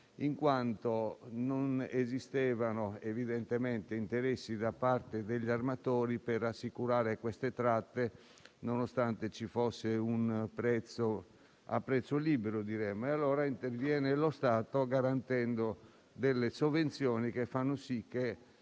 in quanto non esistevano evidentemente interessi da parte degli armatori per assicurare queste tratte nonostante ci fosse un prezzo libero. Interviene quindi lo Stato, garantendo delle sovvenzioni che fanno sì che